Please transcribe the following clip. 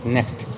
Next